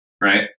Right